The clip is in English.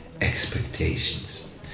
expectations